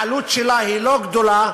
העלות שלה היא לא גדולה,